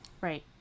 Right